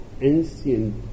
ancient